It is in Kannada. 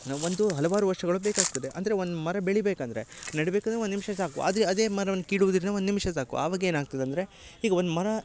ಒಂದು ಹಲವಾರು ವರ್ಷಗಳು ಬೇಕಾಗ್ತದೆ ಅಂದರೆ ಒಂದು ಮರ ಬೆಳಿಬೇಕಂದರೆ ನೆಡ್ಬೇಕಂದರೆ ಒಂದು ನಿಮಿಷ ಸಾಕು ಆದರೆ ಅದೇ ಮರವನ್ನ ಕೀಳುದಿದ್ರೆ ಒಂದು ನಿಮ್ಷ ಸಾಕು ಅವಾಗ ಏನಾಗ್ತದ ಅಂದರೆ ಈಗ ಒಂದು ಮರ